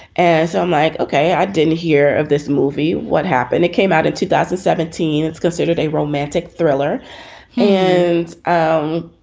as i'm like, ok i didn't hear of this movie. what happened? it came out in two thousand and seventeen. it's considered a romantic thriller and, um